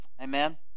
amen